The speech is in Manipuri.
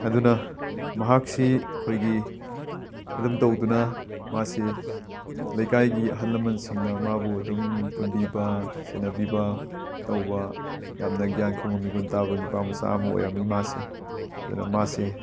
ꯑꯗꯨꯅ ꯃꯍꯥꯛꯁꯤ ꯑꯩꯈꯣꯏꯒꯤ ꯑꯗꯨꯝ ꯇꯧꯗꯨꯅ ꯃꯥꯁꯤ ꯂꯩꯀꯥꯏꯒꯤ ꯑꯍꯜ ꯂꯃꯟꯁꯤꯡꯅ ꯃꯥꯕꯨ ꯑꯗꯨꯝ ꯄꯨꯟꯕꯤꯕ ꯁꯦꯟꯅꯕꯤꯕ ꯇꯧꯕ ꯌꯥꯝꯅ ꯒ꯭ꯌꯥꯟ ꯈꯣꯡꯉꯨꯟ ꯃꯤꯍꯨꯟ ꯇꯥꯕ ꯅꯤꯄꯥꯃꯆꯥ ꯑꯃ ꯑꯣꯏꯔꯝꯃꯤ ꯃꯥꯁꯤ ꯑꯗꯨꯅ ꯃꯥꯁꯤ